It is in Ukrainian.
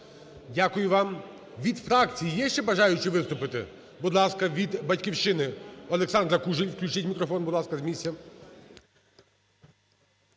Дякую вам. Від фракції є ще бажаючі виступити? Будь ласка, від "Батьківщини" Олександра Кужель. Включіть мікрофон, будь ласка з місця.